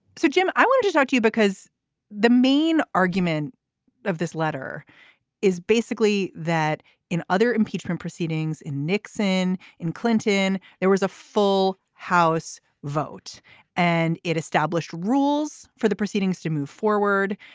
so jim i want to talk to you because the main argument of this letter is basically that in other impeachment proceedings in nixon in clinton there was a full house vote and it established rules for the proceedings to move forward.